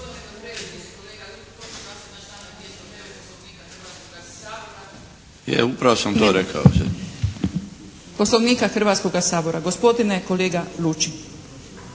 Poslovnika Hrvatskoga sabora.